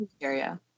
area